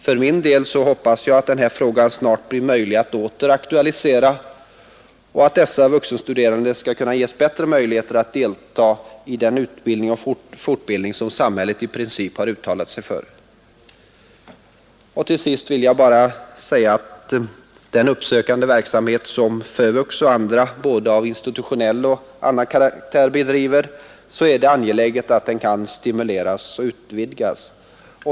För min del hoppas jag att det snart blir möjligt att åter aktualisera den här frågan så att dessa vuxenstuderande skall kunna ges bättre möjlighet att delta i den utbildning och fortbildning som samhället i princip har uttalat sig för. Till sist vill jag säga att det är angeläget att den uppsökande verksamheten som FÖVUX och andra instanser av både institutionell och annan karaktär bedriver kan stimuleras och utvidgas.